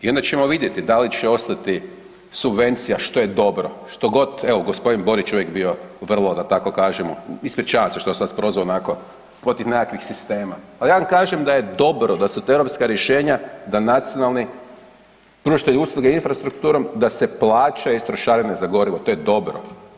I onda ćemo vidjeti da li će ostati subvencija što je dobro, što god evo gospodin Borić je uvijek bio vrlo da tako kažemo, ispričavam se što sam vas prozvao onako protiv nekakvih sistema, ali ja vam kažem da je dobro, da su to europska rješenja da nacionalni pružatelji usluga infrastrukturom da se plaća iz trošarine za gorivo, to je dobro.